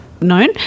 known